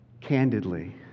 candidly